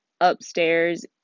upstairs